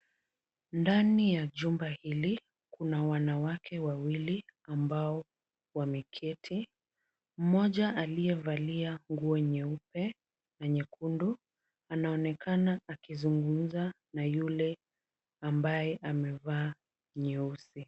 Ndani ya jumba hili kuna wanawake wawili ambao wameketi. Mmoja aliyevalia nguo nyeupe na nyekundu anaonekana akizungumza na yule ambaye amevaa nyeusi.